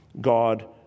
God